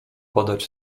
badać